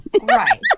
right